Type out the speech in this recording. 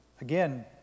Again